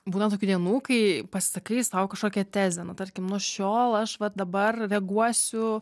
būna tokių dienų kai pasisakai sau kažkokią tezę nu tarkim nuo šiol aš va dabar reaguosiu